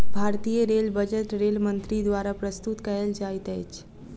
भारतीय rail budget rail मंत्री द्वारा प्रस्तुत कयल जाइत अछि